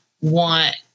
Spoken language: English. want